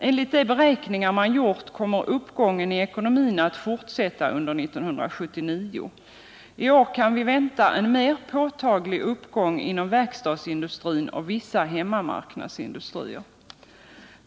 Enligt de beräkningar som gjorts kommer uppgången i ekonomin att fortsätta under 1979. I år kan vi vänta en mer påtaglig uppgång inom verkstadsindustrin och vissa hemmamarknadsindustrier.